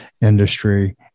industry